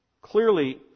clearly